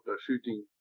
shooting